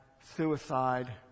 suicide